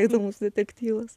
įdomus detektyvas